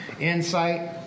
Insight